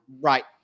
Right